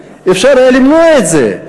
ואפשר היה למנוע את זה,